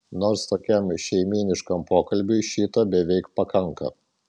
nors tokiam šeimyniškam pokalbiui šito beveik pakanka